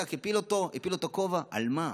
טק, הפיל אותו, הפיל לו את הכובע, על מה?